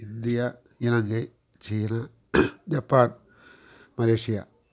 India Ilangai China Japan Malaysia